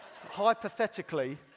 Hypothetically